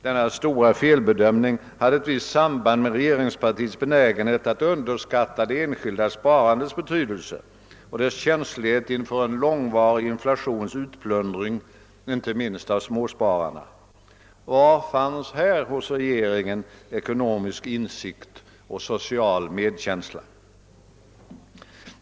Denna stora felbedömning hade ett visst samband med regeringspartiets benägenhet att underskatta det enskilda sparandets betydelse och dess känslighet inför en långvarig inflationsutplundring inte minst av småspararna. Var fanns här hos regeringen ekonomisk insikt och social medkänsla?